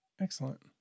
Excellent